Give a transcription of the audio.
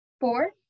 Four